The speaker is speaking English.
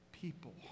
people